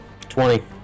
Twenty